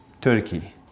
Turkey